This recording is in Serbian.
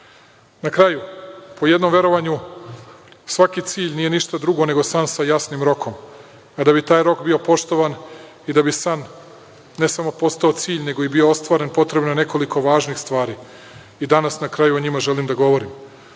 kraju, po jednom verovanju, svaki cilj nije ništa drugo nego san sa jasnim rokom. Kada bi taj rok bio poštovan i da bi san ne samo postao cilj nego i bio ostvaren potrebno je nekoliko važnih stvari i danas na kraju o njima želim da govorim. Strašno